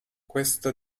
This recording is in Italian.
questo